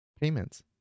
payments